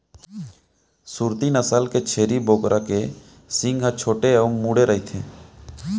सूरती नसल के छेरी बोकरा के सींग ह छोटे अउ मुड़े रइथे